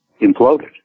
imploded